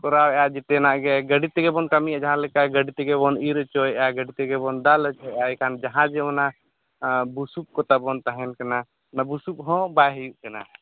ᱠᱚᱨᱟᱣᱮᱫᱼᱟ ᱡᱚᱛᱚᱱᱟᱜ ᱜᱮ ᱜᱟᱹᱰᱤ ᱛᱮᱜᱮ ᱵᱚᱱ ᱠᱟᱹᱢᱤᱭᱟ ᱡᱟᱦᱟᱸ ᱞᱮᱠᱟ ᱜᱟᱹᱰᱤ ᱛᱮᱜᱮᱵᱚᱱ ᱤᱨ ᱚᱪᱚᱭᱮᱫᱼᱟ ᱜᱟᱹᱰᱤ ᱛᱮᱜᱮ ᱵᱚᱱ ᱫᱟᱞ ᱦᱚᱪᱚᱭᱮᱫᱼᱟ ᱮᱱᱠᱷᱟᱱ ᱡᱟᱦᱟᱸ ᱡᱮ ᱚᱱᱟ ᱵᱩᱥᱩᱵᱽ ᱠᱚ ᱛᱟᱵᱚᱱ ᱛᱟᱦᱮᱱ ᱠᱟᱱᱟ ᱚᱱᱟ ᱵᱩᱥᱩᱵᱽ ᱦᱚᱸ ᱵᱟᱭ ᱦᱩᱭᱩᱜ ᱠᱟᱱᱟ